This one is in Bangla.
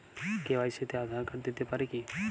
কে.ওয়াই.সি তে আধার কার্ড দিতে পারি কি?